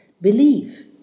believe